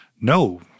no